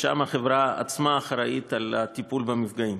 שם החברה עצמה אחראית לטיפול במפגעים.